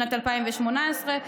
בשנת 2018,